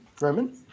roman